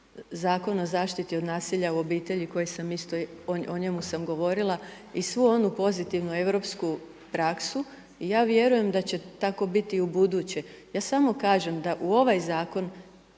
Zakon o zaštiti od nasilja u obitelji koji sam isto o njemu sam govorila i svu onu pozitivnu europsku praksu i ja vjerujem da će tako biti i u buduće. Ja samo kažem da u ovaj zakon